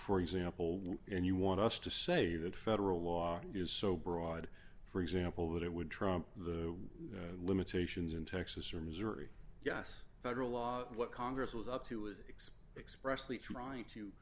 for example and you want us to say that federal law is so broad for example that it would trump the limitations in texas or missouri yes federal law what congress was up to with us expressly trying to